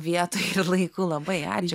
vietoj ir laiku labai ačiū